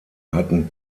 hatten